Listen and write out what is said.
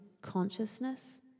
consciousness